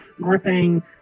gripping